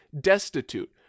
destitute